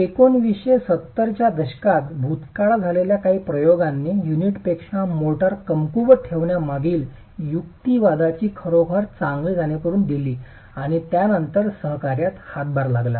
1970 च्या दशकात भूतकाळात झालेल्या काही प्रयोगांनी युनिटपेक्षा मोर्टार कमकुवत ठेवण्यामागील युक्तिवादाची खरोखर चांगली जाणीव करून दिली आणि त्यानंतरच सहकार्यात हातभार लावला